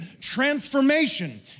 transformation